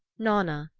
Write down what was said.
nanna,